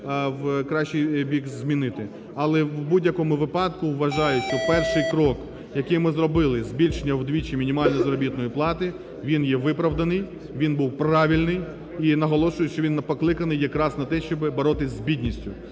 в кращий бік змінити. Але, в будь-якому випадку вважаю, що перший крок, який ми зробили – збільшення вдвічі мінімальної заробітної плати – він є виправданий, він був правильний. І наголошую, що він покликаний якраз на те, щоб боротись з бідністю.